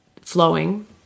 flowing